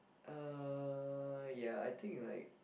uh ya I think like